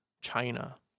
china